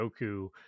goku